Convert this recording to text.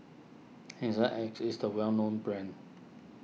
Hygin X is a well known brand